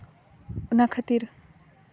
ᱚᱱᱟ ᱠᱷᱟᱹᱛᱤᱨ